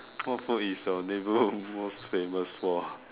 what food is your neighbourhood famous for